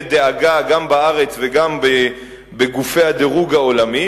דאגה גם בארץ וגם בגופי הדירוג העולמי,